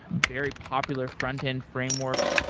very popular front end frameworks.